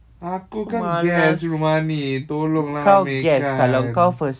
aku kan guest rumah ni tolong lah ambilkan